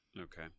Okay